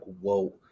whoa